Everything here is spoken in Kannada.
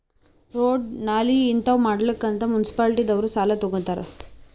ರೋಡ್, ನಾಲಿ ಹಿಂತಾವ್ ಮಾಡ್ಲಕ್ ಅಂತ್ ಮುನ್ಸಿಪಾಲಿಟಿದವ್ರು ಸಾಲಾ ತಗೊತ್ತಾರ್